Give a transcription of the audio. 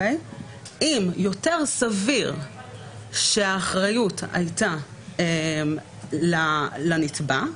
אם יותר סביר שהאחריות הייתה לנתבע,